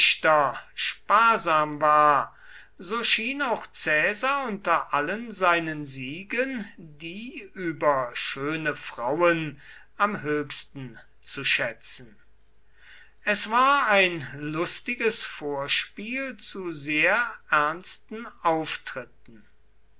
sparsam war so schien auch caesar unter all seinen siegen die über schöne frauen am höchsten zu schätzen es war ein lustiges vorspiel zu sehr ernsten auftritten